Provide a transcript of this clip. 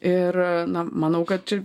ir na manau kad čia